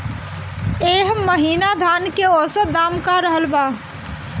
एह महीना धान के औसत दाम का रहल बा?